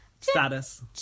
Status